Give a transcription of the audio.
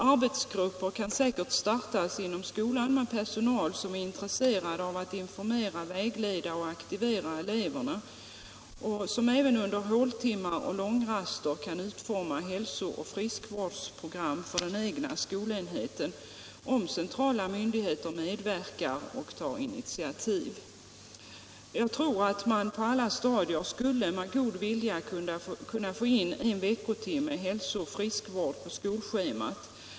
Arbetsgrupper kan säkert startas inom skolan bland personal som är intresserad av att informera, vägleda och aktivera eleverna och som även under håltimmar och långraster kan utforma hälsooch friskvårdsprogram för den egna skolenheten, om centrala myndigheter medverkar och tar initiativ. Jag tror att man på alla stadier med god vilja skulle kunna lägga in en veckotimme hälsooch friskvård på skolschemat.